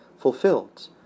fulfilled